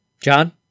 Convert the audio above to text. john